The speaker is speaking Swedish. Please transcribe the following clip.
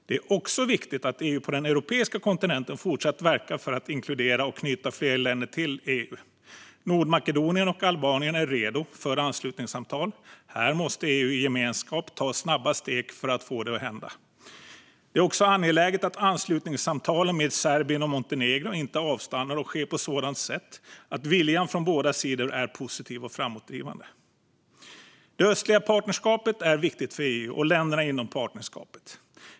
Det är också viktigt att EU fortsätter verka för att inkludera och knyta fler länder på den europeiska kontinenten till EU. Nordmakedonien och Albanien är redo för anslutningssamtal. Här måste EU i gemenskap ta snabba steg för att få det att hända. Det är också angeläget att anslutningssamtalen med Serbien och Montenegro inte avstannar och sker på sådant sätt att viljan från båda sidor är positiv och framåtdrivande. Östliga partnerskapet är viktigt för EU och länderna inom partnerskapet.